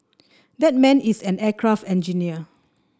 that man is an aircraft engineer